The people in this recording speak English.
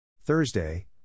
Thursday